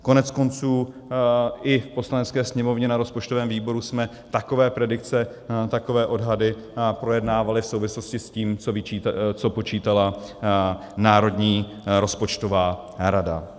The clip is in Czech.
Koneckonců i v Poslanecké sněmovně na rozpočtovém výboru jsme takové predikce, takové odhady, projednávali v souvislosti s tím, co počítala Národní rozpočtová rada.